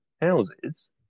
houses